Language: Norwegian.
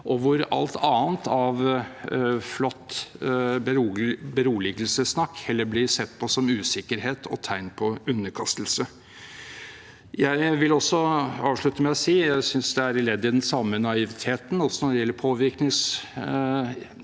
hvor alt annet av flott beroligelsessnakk heller blir sett på som usikkerhet og tegn på underkastelse. Jeg vil avslutte med å si – jeg synes det er ledd i den samme naiviteten – når det gjelder påvirkningsaktivitetene,